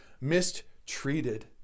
mistreated